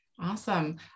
Awesome